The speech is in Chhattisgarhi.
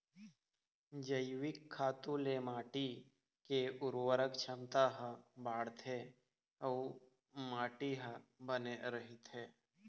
जइविक खातू ले माटी के उरवरक छमता ह बाड़थे अउ माटी ह बने रहिथे